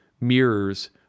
mirrors